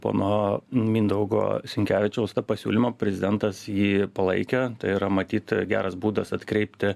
pono mindaugo sinkevičiaus tą pasiūlymą prezidentas jį palaikė tai yra matyt geras būdas atkreipti